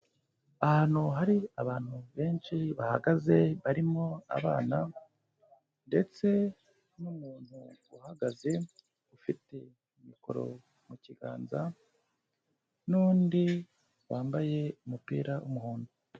Ahantu hari abantu benshi bahagaze, barimo abana ndetse n'umuntu uhagaze ufite mikoro mu kiganza n'undi wambaye umupira w'umuhondo.